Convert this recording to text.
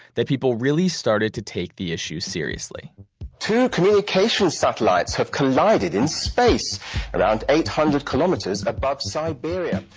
that people really started to take the issue seriously two communication satellites have collided in space around eight hundred kilometers above siberia.